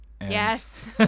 Yes